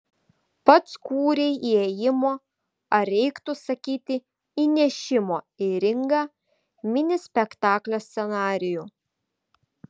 pats kūrei įėjimo ar reiktų sakyti įnešimo į ringą mini spektaklio scenarijų